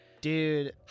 Dude